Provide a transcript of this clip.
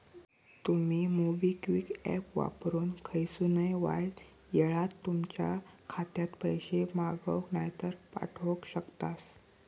तुमी MobiKwik app वापरून खयसूनय वायच येळात तुमच्या खात्यात पैशे मागवक नायतर पाठवक शकतास